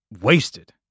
wasted